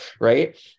right